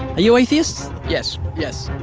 you atheists? yes. yes.